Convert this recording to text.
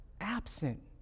absent